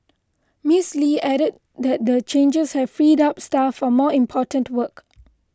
Miss Lee added that the changes have freed up staff for more important work